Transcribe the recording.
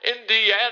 Indiana